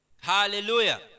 Hallelujah